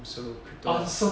I'm so confused